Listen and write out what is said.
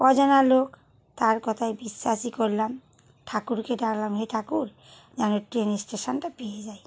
অজানা লোক তার কথায় বিশ্বাসই করলাম ঠাকুরকে ডাকলাম হে ঠাকুর যেন ট্রেন স্টেশনটা পেয়ে যাই